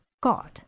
god